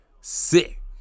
Sick